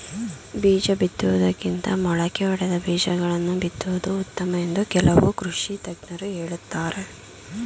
ಬೀಜ ಬಿತ್ತುವುದಕ್ಕಿಂತ ಮೊಳಕೆ ಒಡೆದ ಬೀಜಗಳನ್ನು ಬಿತ್ತುವುದು ಉತ್ತಮ ಎಂದು ಕೆಲವು ಕೃಷಿ ತಜ್ಞರು ಹೇಳುತ್ತಾರೆ